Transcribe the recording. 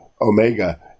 Omega